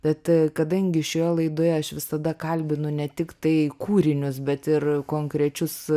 bet kadangi šioje laidoje aš visada kalbinu ne tik tai kūrinius bet ir konkrečius